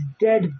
dead